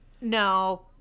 No